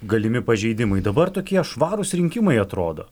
galimi pažeidimai dabar tokie švarūs rinkimai atrodo